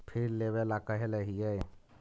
फिर लेवेला कहले हियै?